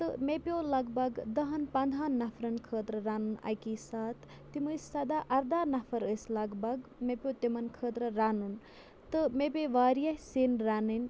تہٕ مےٚ پیٚو لَگ بھگ دَہَن پنٛداہَن نَفرَن خٲطرٕ رَنُن اَکی ساتہٕ تِم ٲسۍ سَداہ اَرداہ نَفر ٲسۍ لَگ بھگ مےٚ پیٚوو تِمَن خٲطرٕ رَنُن تہٕ مےٚ پیٚیہِ واریاہ سِنۍ رَنٕنۍ